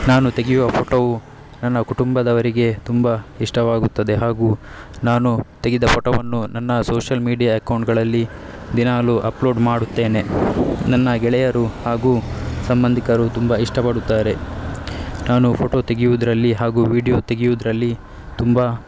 ನಾನು ತೆಗೆಯುವ ಫೋಟೋವು ನನ್ನ ಕುಟುಂಬದವರಿಗೆ ತುಂಬ ಇಷ್ಟವಾಗುತ್ತದೆ ಹಾಗೂ ನಾನು ತೆಗೆದ ಫೋಟೋವನ್ನು ನನ್ನ ಸೋಷಿಯಲ್ ಮೀಡಿಯಾ ಅಕೌಂಟ್ಗಳಲ್ಲಿ ದಿನವೂ ಅಪ್ಲೋಡ್ ಮಾಡುತ್ತೇನೆ ನನ್ನ ಗೆಳೆಯರು ಹಾಗೂ ಸಂಬಂಧಿಕರು ತುಂಬ ಇಷ್ಟಪಡುತ್ತಾರೆ ನಾನು ಫೋಟೋ ತೆಗೆಯುವುದರಲ್ಲಿ ಹಾಗೂ ವಿಡಿಯೋ ತೆಗೆಯುವುದರಲ್ಲಿ ತುಂಬ